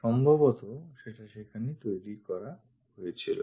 সম্ভবতঃ সেটা সেখানেই তৈরী করা হয়েছিলো